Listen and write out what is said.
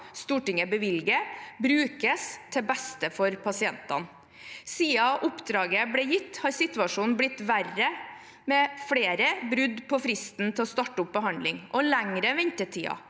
Stortinget bevilger, brukes til det beste for pasientene. Siden oppdraget ble gitt, har situasjonen blitt verre med flere brudd på fristen for å starte opp behandling og lengre ventetider,